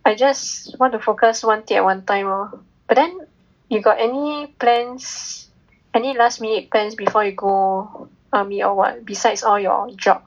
I just want to focus one thing at one time lor but then you got any plans any last minute plans before you go army or what besides all your job